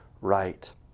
right